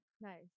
Nice